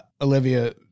Olivia